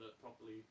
properly